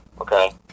okay